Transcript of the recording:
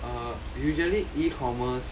err usually e-commerce